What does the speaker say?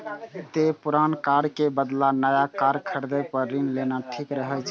तें पुरान कार के बदला नया कार खरीदै पर ऋण लेना ठीक रहै छै